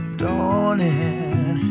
dawning